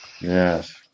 yes